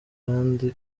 kandi